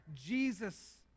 Jesus